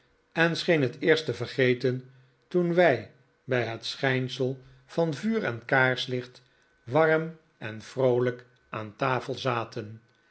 en scheen het eerst te vergeten toen wij bij het schijnsel van vuur en kaarslicht warm en vroolijk aan tafel zaten